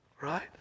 right